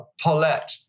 Paulette